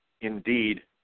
indeed